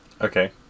Okay